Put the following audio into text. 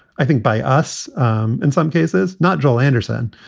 i think by us um in some cases, not joel anderson.